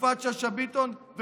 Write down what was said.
יפעת שאשא ביטון?